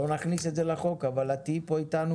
לא נכניס את זה לחוק אבל את תהיי פה אתנו